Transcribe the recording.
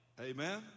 Amen